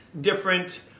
different